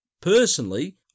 Personally